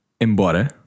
embora